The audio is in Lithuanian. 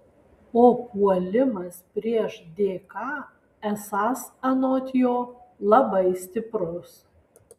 o puolimas prieš dk esąs anot jo labai stiprus